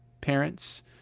parents